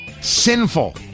sinful